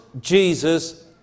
Jesus